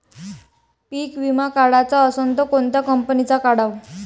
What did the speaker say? पीक विमा काढाचा असन त कोनत्या कंपनीचा काढाव?